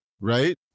right